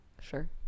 Sure